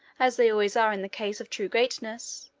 as they always are in the case of true greatness,